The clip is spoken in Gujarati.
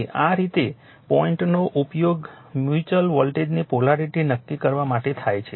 તેથી આ રીતે આ પોઇન્ટઓનો ઉપયોગ મ્યુચ્યુઅલ વોલ્ટેજની પોલારિટી નક્કી કરવા માટે થાય છે